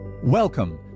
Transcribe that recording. Welcome